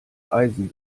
eisen